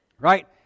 Right